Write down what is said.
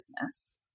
business